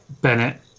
Bennett